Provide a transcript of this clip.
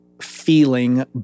feeling